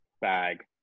bag